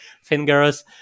fingers